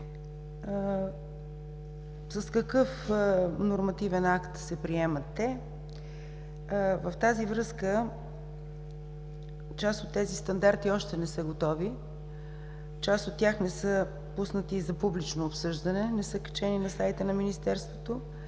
с какъв нормативен акт се приемат те. В тази връзка част от тези стандарти още не са готови, част от тях не са пуснати за публично обсъждане, не са качени на сайта на Министерството.